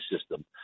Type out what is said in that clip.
system